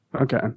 Okay